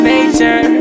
Nature